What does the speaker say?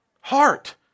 Heart